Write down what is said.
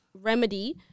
remedy